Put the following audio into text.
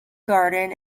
garden